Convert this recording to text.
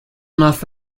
enough